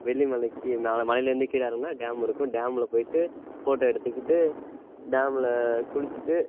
வெள்ளி மலைக்கு நாங்கள் மலையிலேருந்து கீழே இறங்குனா டேமு இருக்கும் டேமில் போய்விட்டு ஃபோட்டோ எடுத்துக்கிட்டு டேமில் குளிச்சுட்டு